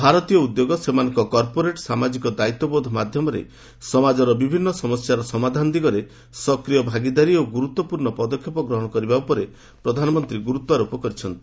ଭାରତୀୟ ଉଦ୍ୟୋଗ ସେମାନଙ୍କ କର୍ପୋରେଟ୍ ସାମାଜିକ ଦାୟିତ୍ୱବୋଧ ମାଧ୍ୟମରେ ସମାଳର ବିଭିନ୍ନ ସମସ୍ୟାର ସମାଧାନ ଦିଗରେ ସକ୍ରିୟ ଭାଗିଦାରୀ ଓ ଗୁରୁତ୍ୱପୂର୍ଣ୍ଣ ପଦକ୍ଷେପ ଗ୍ରହଣ କରିବା ଉପରେ ପ୍ରଧାନମନ୍ତ୍ରୀ ଗୁରୁତ୍ୱାରୋପ କରିଛନ୍ତି